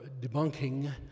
debunking